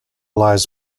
lies